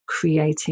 creating